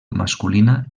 masculina